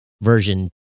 version